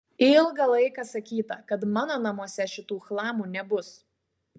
ilgą laiką sakyta kad mano namuose šitų chlamų nebus